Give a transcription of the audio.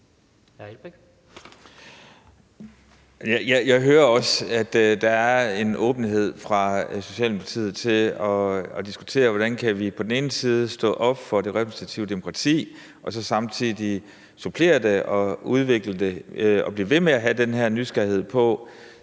Jeg hører også, at der er en åbenhed fra Socialdemokratiets side over for at diskutere, hvordan vi på den ene side kan stå op for det repræsentative demokrati og på den anden side supplere det og udvikle det og blive ved med at have den her nysgerrighed,